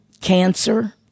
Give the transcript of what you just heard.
Cancer